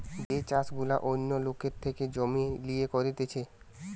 যে চাষ গুলা অন্য লোকের থেকে জমি লিয়ে করতিছে